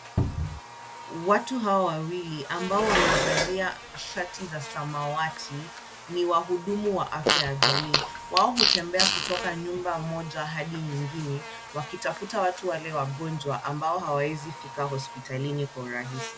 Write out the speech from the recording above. Watu hawa wawili ambao wamevalia shati za samawati, ni wahudumu wa afya ya jamii. Wao hutembea kutoka nyumba moja hadi nyingine, wakitafuta watu wale wagonjwa ambao hawawezi fika hospitalini kwa urahisi.